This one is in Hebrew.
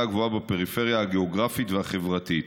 הגבוהה בפריפריה הגיאוגרפית והחברתית,